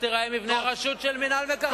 ייראה מבנה הרשות של מינהל מקרקעי ישראל.